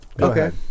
Okay